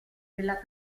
della